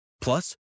Plus